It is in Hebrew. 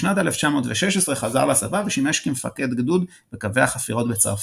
בשנת 1916 חזר לצבא ושימש כמפקד גדוד בקווי החפירות בצרפת.